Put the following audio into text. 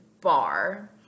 bar